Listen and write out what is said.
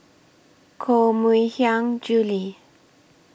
Koh Mui Hiang Julie